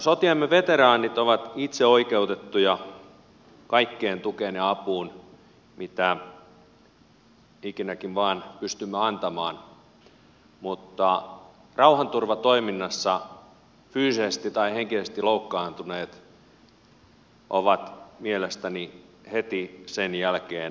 sotiemme veteraanit ovat itseoikeutettuja kaikkeen tukeen ja apuun mitä ikinäkin vain pystymme antamaan mutta rauhanturvatoiminnassa fyysisesti tai henkisesti loukkaantuneet ovat mielestäni heti sen jälkeen vuorossa